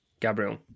Gabriel